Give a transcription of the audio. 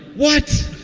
what?